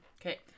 Okay